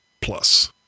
plus